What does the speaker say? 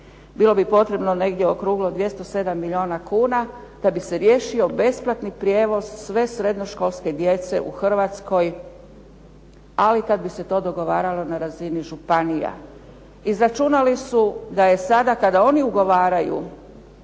Bilo bi potrebno negdje okruglo 207 milijuna kuna da bi se riješio besplatni prijevoz sve srednjoškolske djece u Hrvatskoj ali kada bi se to dogovaralo na razini županija. Izračunali su da i sada kada oni ugovaraju